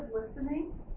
listening